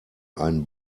einen